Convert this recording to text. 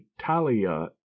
Italia